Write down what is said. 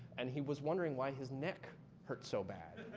and he was wondering why his neck hurt so bad,